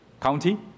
county